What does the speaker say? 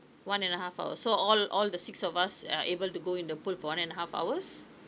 one and a half hours so all all the six of us are able to go in the pool for one and a half hours